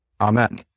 Amen